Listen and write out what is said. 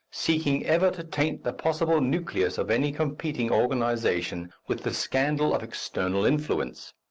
seeking ever to taint the possible nucleus of any competing organization with the scandal of external influence.